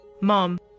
Mom